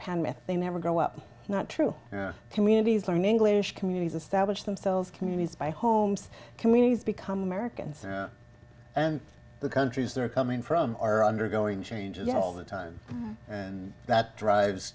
myth they never grow up not true communities learn english communities establish themselves communities buy homes communities become americans and the countries they're coming from are undergoing changes yet all the time and that drives